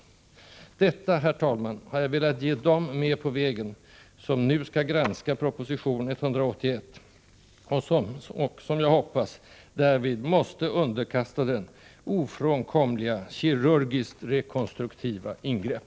Detta, herr talman, har jag velat ge dem med på vägen som nu skall granska proposition 181 och — som jag hoppas — därvid underkasta den ofrånkomliga, kirurgiskt rekonstruktiva ingrepp.